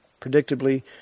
Predictably